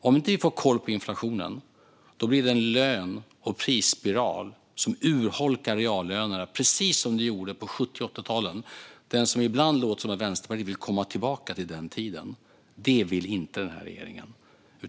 Om vi inte får koll på inflationen blir det en löne och prisspiral som urholkar reallönerna precis som på 70 och 80-talen. Det låter ibland som att Vänsterpartiet vill komma tillbaka till den tiden. Det vill inte den här regeringen.